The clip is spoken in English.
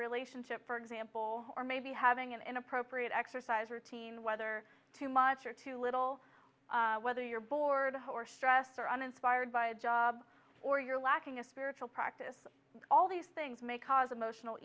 relationship for example or maybe having an inappropriate exercise routine whether too much or too little whether you're bored a hole or stressed or uninspired by a job or you're lacking a spiritual practice all these things may cause emotional